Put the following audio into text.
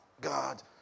God